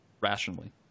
rationally